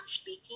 speaking